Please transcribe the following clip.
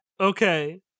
okay